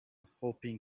hoping